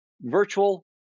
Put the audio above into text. virtual